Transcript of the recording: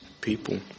people